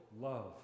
love